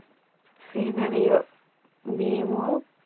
scenario మేము